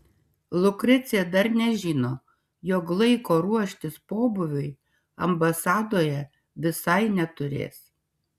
lukrecija dar nežino jog laiko ruoštis pobūviui ambasadoje visai neturės